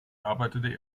arbeitete